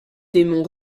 démon